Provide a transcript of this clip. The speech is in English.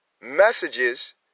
messages